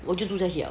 我就住下去了